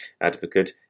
Advocate